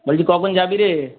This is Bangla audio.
বলছি কখন যাবি রে